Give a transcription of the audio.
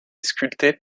sculpté